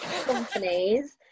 companies